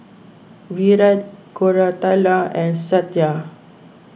Virat Koratala and Satya